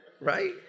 Right